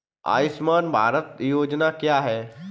आयुष्मान भारत योजना क्या है?